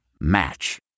Match